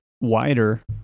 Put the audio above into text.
wider